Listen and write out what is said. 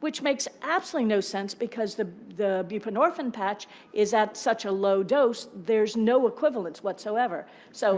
which makes absolutely no sense because the the buprenorphine patch is at such a low dose there's no equivalence whatsoever. so